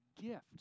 gift